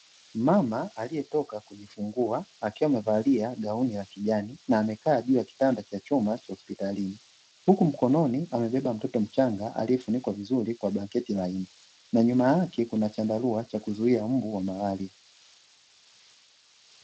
Mama aliyetoka kujifungua akiwa amevalia gauni la kijani na amekaa juu ya kitanda cha chuma cha hospitalini, huku mkononi amebeba mtoto mchanga aliyefunikwa vizuri kwa blanketi laini na nyuma yake kuna chandarua cha kuzuia mbu wa malaria.